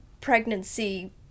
pregnancy